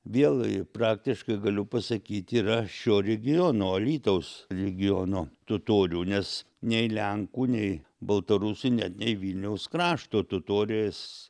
vėl praktiškai galiu pasakyt yra šio regiono alytaus regiono totorių nes nei lenkų nei baltarusių net nei vilniaus krašto totorės